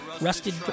rusted